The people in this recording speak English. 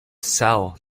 cell